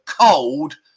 cold